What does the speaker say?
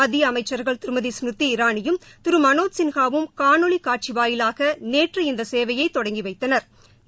மத்திய அமைச்சாகள் திருமதி ஸ்மிதி இராணியும் திரு மனோஜ் சின்ஹாவும் காணொலி காட்சி வாயிலாக நேற்று இந்த சேவையை தொடங்கி வைத்தனா்